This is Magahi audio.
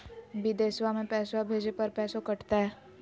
बिदेशवा मे पैसवा भेजे पर पैसों कट तय?